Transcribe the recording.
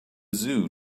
zoo